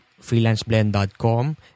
freelanceblend.com